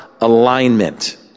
alignment